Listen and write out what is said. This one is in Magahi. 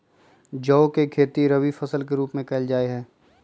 जौ के खेती रवि फसल के रूप में कइल जा हई